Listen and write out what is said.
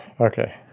okay